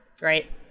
right